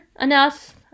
Enough